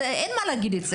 אין מה להגיד.